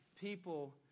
people